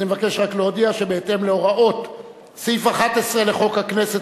בהתאם להוראות סעיף 11 לחוק הכנסת,